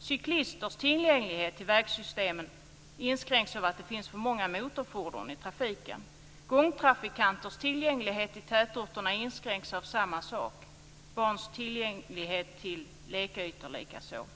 Cyklisters tillgänglighet till vägsystemet inskränks av att det finns för många motorfordon i trafiken. Gångtrafikanters tillgänglighet i tätorterna inskränks av samma orsak, barns tillgänglighet till lekytor likaså.